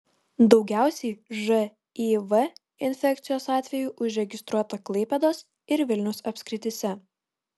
daugiausiai živ infekcijos atvejų užregistruota klaipėdos ir vilniaus apskrityse